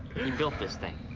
he built this thing.